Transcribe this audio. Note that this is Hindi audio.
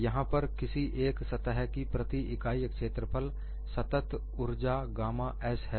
यहां पर किसी एक सतह की प्रति इकाई क्षेत्रफल सतत ऊर्जा गामा s है